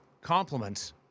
compliments